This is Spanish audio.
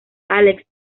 alex